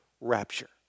rapture